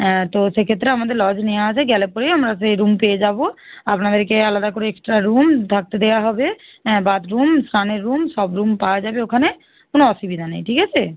তো সেক্ষেত্রে আমাদের লজ নেওয়া আছে গেলে পরেই আমরা সেই রুম পেয়ে যাবো আপনাদেরকে আলাদা করে এক্সট্রা রুম থাকতে দেওয়া হবে হ্যাঁ বাথরুম স্নানের রুম সব রুম পাওয়া যাবে ওখানে কোনো অসুবিধা নেই ঠিক আছে